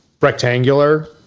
rectangular